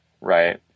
Right